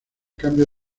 cambio